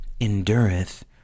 endureth